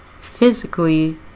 physically